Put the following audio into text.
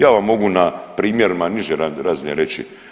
Ja vam mogu na primjerima niže razine reći.